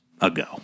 ago